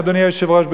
אדוני היושב-ראש,